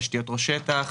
תשתיות ראש שטח,